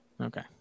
Okay